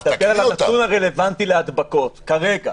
אני מסתכל על הנתון הרלוונטי להדבקות כרגע.